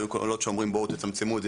היו קולות שאומרים בואו תצמצמו את זה,